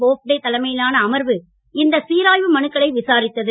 போப்டே தலைமையிலான அமர்வு இந்த சீராய்வு மனுக்களை விசாரித்தது